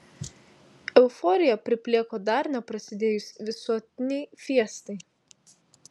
euforija priplėko dar neprasidėjus visuotinei fiestai